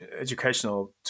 educational